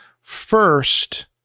first